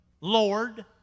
Lord